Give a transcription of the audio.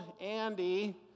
Andy